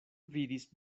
vidis